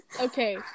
Okay